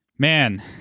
Man